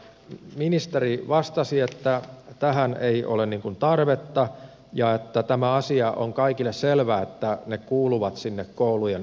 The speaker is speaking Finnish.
ministeri vastasi että tähän ei ole tarvetta ja että tämä asia on kaikille selvä että ne kuuluvat sinne koulujen toimintoihin